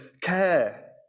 care